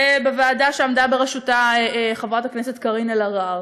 ובוועדה שעמדה בראשותה חברת הכנסת קארין אלהרר,